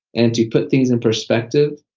and to put things in perspective,